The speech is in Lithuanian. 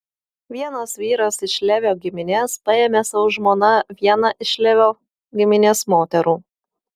vienas vyras iš levio giminės paėmė sau žmona vieną iš levio giminės moterų